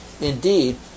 Indeed